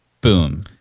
Boom